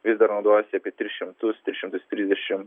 vis dar naudojasi apie tris šimtus tris šimtus trisdešimt